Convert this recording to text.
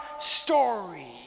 story